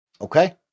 okay